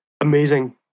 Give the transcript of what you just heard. amazing